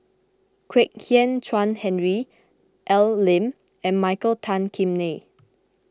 Kwek Hian Chuan Henry Al Lim and Michael Tan Kim Nei